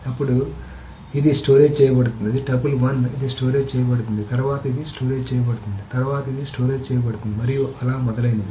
అప్పుడు ఇది స్టోరేజ్ చేయబడుతుంది ఇది టపుల్ 1 ఇది స్టోరేజ్ చేయబడుతుంది తర్వాత ఇది స్టోరేజ్ చేయబడుతుంది తర్వాత ఇది స్టోరేజ్ చేయబడుతుంది మరియు అలా మొదలైనవి